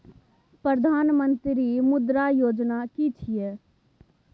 प्रधानमंत्री मुद्रा योजना कि छिए?